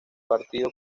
partido